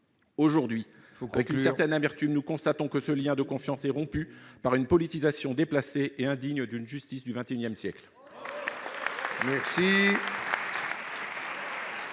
Aujourd'hui, c'est avec une certaine amertume que nous constatons que ce lien de confiance est rompu par une politisation déplacée et indigne de la justice du XXI siècle.